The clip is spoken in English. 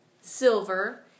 silver